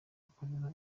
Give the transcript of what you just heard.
akorera